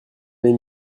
mes